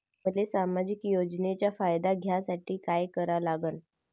मले सामाजिक योजनेचा फायदा घ्यासाठी काय करा लागन?